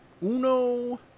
Uno